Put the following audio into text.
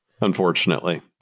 Unfortunately